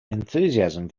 enthusiasm